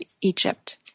Egypt